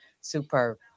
superb